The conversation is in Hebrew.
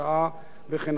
וכן הלאה.